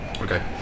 Okay